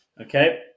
Okay